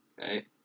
Okay